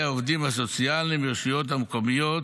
העובדים הסוציאליים ברשויות המקומיות,